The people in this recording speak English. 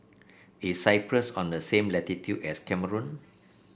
is Cyprus on the same latitude as Cameroon